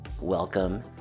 Welcome